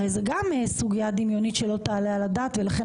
הרי זה גם סוגיה דמיונית שלא תעלה על הדעת ולכן